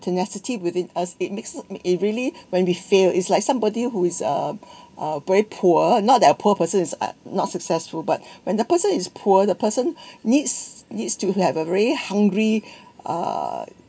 tenacity within us it makes us it really when we fail it's like somebody who is um uh very poor not they are poor person is uh not successful but when the person is poor the person needs needs to have a very hungry uh